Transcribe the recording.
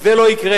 זה לא יקרה.